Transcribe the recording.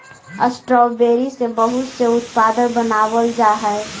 strawberry से बहुत से उत्पाद बनावाल जा हई